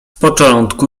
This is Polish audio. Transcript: początku